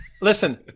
Listen